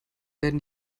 werden